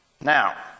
Now